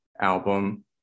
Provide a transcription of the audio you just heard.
album